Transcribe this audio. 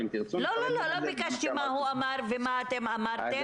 לא, לא ביקשתי מה הוא אמר ומה אתם אמרתם.